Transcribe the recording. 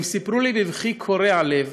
הם סיפרו לי בבכי קורע לב